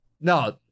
No